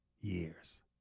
years